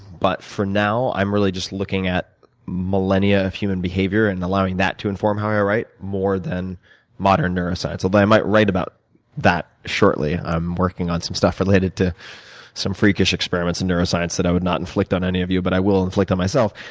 but for now, i'm really just looking at millennia of human behavior, and allowing that to inform how i write more than modern neuroscience. but i might write about that shortly. i'm working on some stuff related to some freakish experiments in neuroscience that i would not inflict on any of you, but i will inflict on myself.